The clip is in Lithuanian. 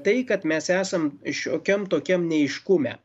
tai kad mes esam šiokiam tokiam neaiškume